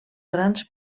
grans